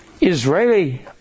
Israeli